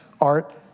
art